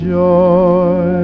joy